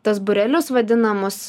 tas būrelius vadinamus